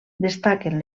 destaquen